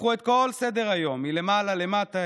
הפכו את כל סדר-היום מלמעלה למטה,